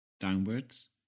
Downwards